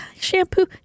shampoo